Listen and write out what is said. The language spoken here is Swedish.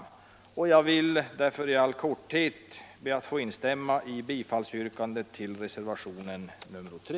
Jag vill därför i all korthet be att få instämma i bifallsyrkandet till reservation nr 3.